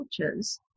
cultures